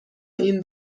این